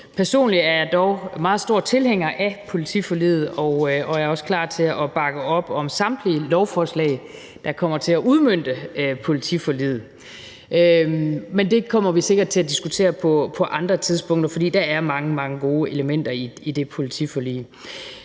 Personligt er jeg dog meget stor tilhænger af politiforliget og er også klar til at bakke op om samtlige lovforslag, der kommer til at udmønte politiforliget. Men det kommer vi sikkert til at diskutere på andre tidspunkter, for der er mange, mange gode elementer i det politiforlig.